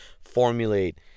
formulate